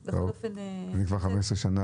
אני כבר 14 שנה